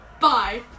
Bye